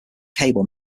cable